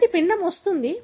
కాబట్టి పిండం వస్తుంది